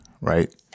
right